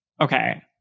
Okay